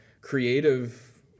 creative